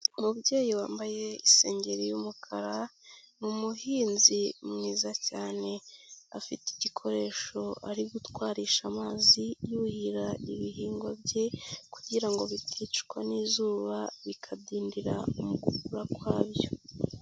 Umubyeyi wambaye isengeri y'umukara, ni umuhinzi mwiza cyane, afite igikoresho ari gutwarisha amazi yuhira ibihingwa bye kugira ngo biticwa n'izuba, bikadindira mu gukura kwabyo.